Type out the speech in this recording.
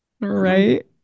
Right